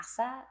asset